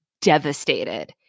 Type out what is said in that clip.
devastated